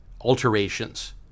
alterations